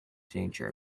danger